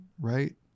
right